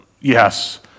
yes